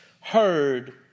heard